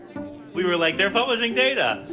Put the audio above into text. we were like, they're publishing data.